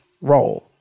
role